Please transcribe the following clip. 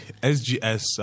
SGS